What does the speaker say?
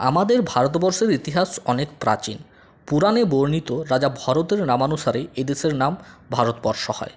আমাদের ভারতবর্ষের ইতিহাস অনেক প্রাচীন পুরাণে বর্ণিত রাজা ভরতের নামানুসারেই এদেশের নাম ভারতবর্ষ হয়